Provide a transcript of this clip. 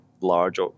large